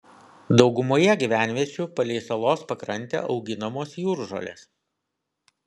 daugumoje gyvenviečių palei salos pakrantę auginamos jūržolės